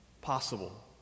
possible